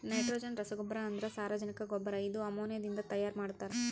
nitrogen ರಸಗೊಬ್ಬರ ಅಂದ್ರ ಸಾರಜನಕ ಗೊಬ್ಬರ ಇದು ಅಮೋನಿಯಾದಿಂದ ತೈಯಾರ ಮಾಡ್ತಾರ್